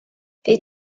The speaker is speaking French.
les